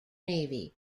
navy